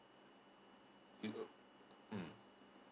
you mmhmm